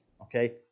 okay